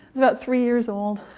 about three years old.